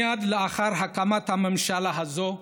מייד לאחר הקמת הממשלה הזאת,